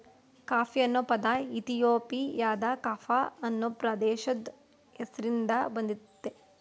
coffee ಅನ್ನೊ ಪದ ಇಥಿಯೋಪಿಯಾದ ಕಾಫ ಅನ್ನೊ ಪ್ರದೇಶದ್ ಹೆಸ್ರಿನ್ದ ಬಂದಯ್ತೆ